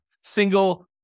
single